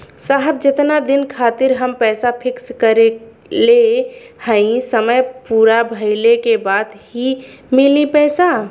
साहब जेतना दिन खातिर हम पैसा फिक्स करले हई समय पूरा भइले के बाद ही मिली पैसा?